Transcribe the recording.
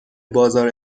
بازار